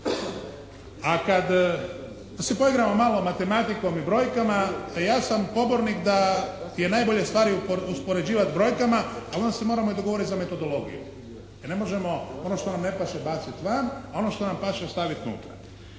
A kad se poigramo malo matematikom i brojkama ja sam pobornik da je najbolje stvari uspoređivati brojkama, ali onda se moramo i dogovoriti za metodologiju. Jer ne možemo ono što nam ne paše baciti van, a ono što nam paše ostaviti unutra.